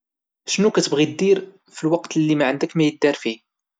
شنو كاتبغي دير في الوقت اللي ما عندك ما يدار فيه؟